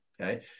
Okay